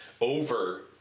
over